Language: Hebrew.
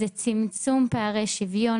זה צמצום פערי שוויון,